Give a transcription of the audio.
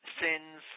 sins